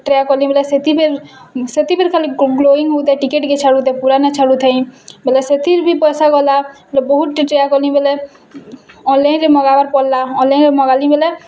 try କଲି ବେଲେ ସେଥିବେ ସେଥିବେର୍ ଖାଲି ଗ୍ଲୋଇଂ ହେଉଥାଏ ଟିକେ ଟିକେ ଛାଡ଼ୁଥାଏ ପୁରା ନାଁଇ ଛାଡୁଥାଇଁ ବୋଲେ ସେଥିର୍ ବି ପଇସା ଗଲା ବହୁତ୍ ଟ୍ରାଏ କଲିବେଲେ ଅନଲାଇନ୍ରେ ମଗାବାର୍ ପଡ଼୍ଲା ଅନଲାଇନ୍ରେ ମଗାଲି ବେଲେ